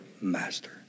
master